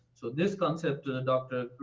so, this concept and dr.